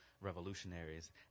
revolutionaries